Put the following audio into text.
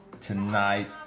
Tonight